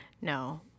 No